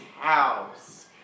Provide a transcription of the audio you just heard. house